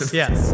yes